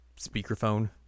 speakerphone